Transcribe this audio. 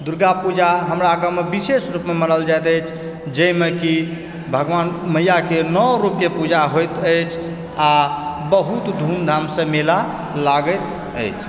दुर्गा पूजा हमरा गाँवमे विशेष रूपमे मनाओल जाइत अछि जेहिमे कि भगवान मैयाके नौओ रूपके पूजा होइत अछि आ बहुत धुमधामसँ मेला लागैत अछि